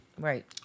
Right